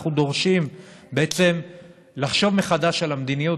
אנחנו דורשים בעצם לחשוב מחדש על המדיניות,